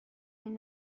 این